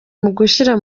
kumushyira